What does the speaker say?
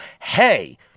hey